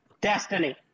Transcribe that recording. Destiny